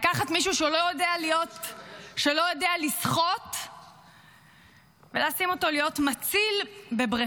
לקחת מישהו שלא יודע לשחות ולשים אותו להיות מציל בבריכה.